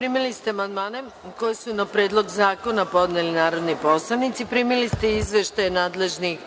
primili ste amandmane koje su na Predlog zakona podneli narodni poslanici. Primili ste izveštaje nadležnih